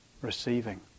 Receiving